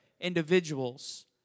individuals